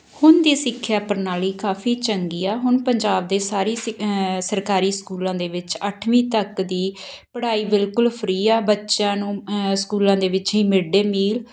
ਹੁਣ ਦੀ ਸਿੱਖਿਆ ਪ੍ਰਣਾਲੀ ਕਾਫ਼ੀ ਚੰਗੀ ਆ ਹੁਣ ਪੰਜਾਬ ਦੇ ਸਾਰੀ ਸਿ ਸਰਕਾਰੀ ਸਕੂਲਾਂ ਦੇ ਵਿੱਚ ਅੱਠਵੀਂ ਤੱਕ ਦੀ ਪੜ੍ਹਾਈ ਬਿਲਕੁਲ ਫਰੀ ਆ ਬੱਚਿਆਂ ਨੂੰ ਸਕੂਲਾਂ ਦੇ ਵਿੱਚ ਹੀ ਮਿਡ ਡੇ ਮੀਲ